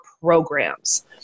programs